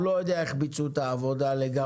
הוא לא יודע איך ביצעו את העבודה לגמרי.